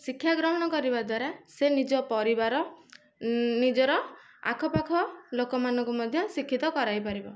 ଶିକ୍ଷା ଗ୍ରହଣ କରିବା ଦ୍ଵାରା ସେ ନିଜ ପରିବାର ନିଜର ଆଖପାଖ ଲୋକମାନଙ୍କୁ ମଧ୍ୟ ଶିକ୍ଷିତ କରାଇପାରିବ